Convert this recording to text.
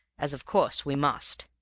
as, of course, we must.